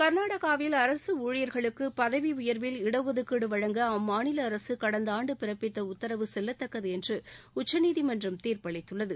கர்நாடகாவில் அரசு ஊழியர்களுக்கு பதவி உயர்வில் இடஒதுக்கீடு வழங்க அம்மாநில அரசு கடந்த ஆண்டு பிறப்பித்த உத்தரவு செல்லதக்கது என்று உச்சநீதிமன்றம் தீர்ப்பளித்துள்ளது